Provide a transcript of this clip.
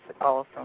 awesome